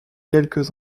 quelque